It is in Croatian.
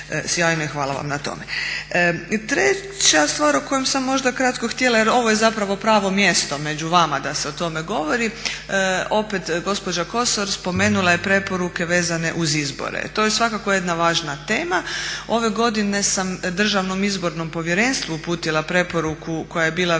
sjajno i hvala vam na tome. Treća stvar o kojoj sam možda kratko htjela jer ovo je zapravo pravo mjesto među vama da se o tome govori, opet gospođa Kosor spomenula je preporuke vezane uz izbore. To je svakako jedna važna tema. Ove godine sam DIP-u uputila preporuku koja je bila vezana